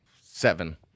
seven